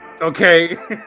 Okay